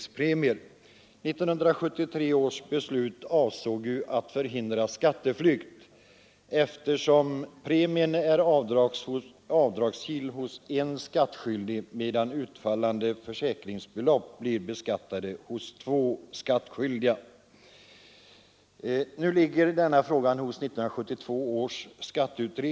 Avsikten med 1973 års beslut var att hindra skatteflykt, premien är avdragsgill hos en skattskyldig, medan utfallande försäkringsbelopp blir beskattade hos två skattskyldiga. Nu ligger denna fråga hos 1972 års skatteutredning.